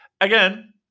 again